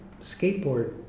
skateboard